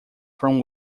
from